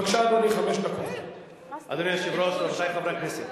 בבקשה, אדוני, חמש דקות.